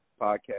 podcast